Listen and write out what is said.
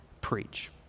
preach